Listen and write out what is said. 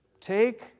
Take